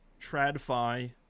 tradfi